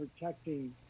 protecting